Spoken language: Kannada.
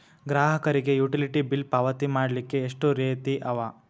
ಗ್ರಾಹಕರಿಗೆ ಯುಟಿಲಿಟಿ ಬಿಲ್ ಪಾವತಿ ಮಾಡ್ಲಿಕ್ಕೆ ಎಷ್ಟ ರೇತಿ ಅವ?